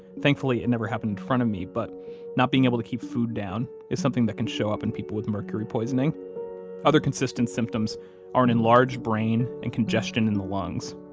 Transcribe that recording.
thankfully, it never happened in front of me, but not being able to keep food down is something that can show up in people with mercury poisoning other consistent symptoms are an enlarged brain and congestion in the lungs,